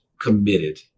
committed